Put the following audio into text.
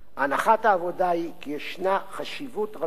הנחת העבודה היא כי יש חשיבות רבה